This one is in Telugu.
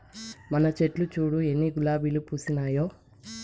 మన చెట్లు చూడు ఎన్ని గులాబీలు పూసినాయో